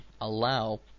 allow